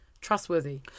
trustworthy